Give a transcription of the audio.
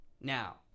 now